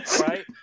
Right